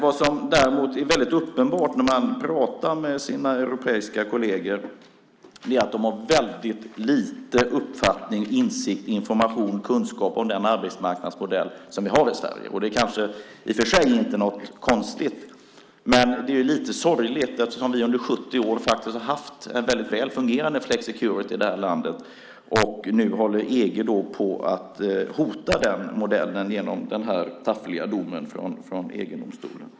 Vad som är väldigt uppenbart när man pratar med sina europeiska kolleger är att de har väldigt dålig uppfattning, insikt, information och kunskap om den arbetsmarknadsmodell som vi har i Sverige. Det kanske i och för sig inte är något konstigt, men det är lite sorgligt eftersom vi under 70 år faktiskt har haft en väldigt välfungerande flexicurity i det här landet, och nu håller EG på att hota den modellen genom den här taffliga domen från EG-domstolen.